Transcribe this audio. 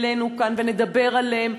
ונדבר עליהן.